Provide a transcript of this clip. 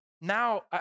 now